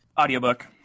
Audiobook